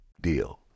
deal